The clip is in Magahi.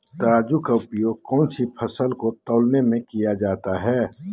तराजू का उपयोग कौन सी फसल को तौलने में किया जाता है?